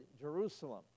Jerusalem